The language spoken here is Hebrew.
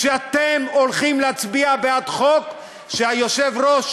כשאתם הולכים להצביע בעד חוק שהיושב-ראש